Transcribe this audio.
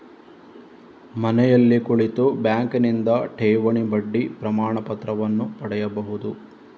ಮನೆಯಲ್ಲಿ ಕುಳಿತು ಬ್ಯಾಂಕಿನಿಂದ ಠೇವಣಿ ಬಡ್ಡಿ ಪ್ರಮಾಣಪತ್ರವನ್ನು ಪಡೆಯಬಹುದು